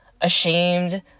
ashamed